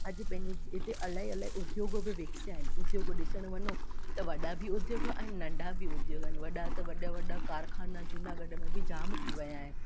अॼु पंहिंजे इते अलाई अलाई उद्योग बि विकसिया आहिनि उद्योगु ॾिसणु वञो त वॾा बि उद्योग आहिनि नंढा बि उद्योग आहिनि वॾा त वॾा वॾा कारखाना जूनागढ़ में बि जामु थी विया आहिनि